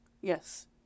Yes